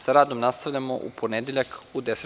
Sa radom nastavljamo u ponedeljak u 10,